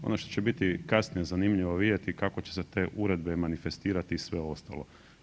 Ono što će biti kasnije zanimljivo vidjeti kako će se te uredbe manifestirati i sve ostalo.